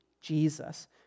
Jesus